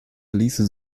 ließe